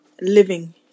living